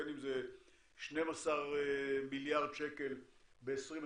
בין אם זה 12 מיליארד שקל ב-2025,